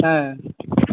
ᱦᱮᱸ